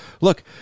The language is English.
look